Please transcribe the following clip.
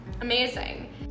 amazing